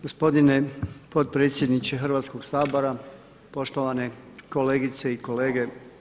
Gospodine potpredsjedniče Hrvatskog sabora, poštovane kolegice i kolege.